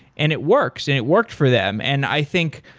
and it works, and it worked for them. and i think,